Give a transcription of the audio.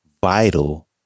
vital